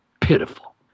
pitiful